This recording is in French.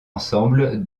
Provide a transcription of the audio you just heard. ensemble